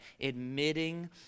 Admitting